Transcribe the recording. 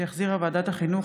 שהחזירה ועדת החינוך,